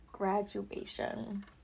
graduation